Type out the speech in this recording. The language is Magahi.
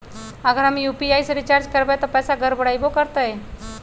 अगर हम यू.पी.आई से रिचार्ज करबै त पैसा गड़बड़ाई वो करतई?